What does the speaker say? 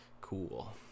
cool